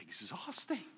exhausting